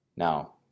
Now